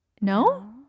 No